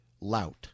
lout